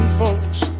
folks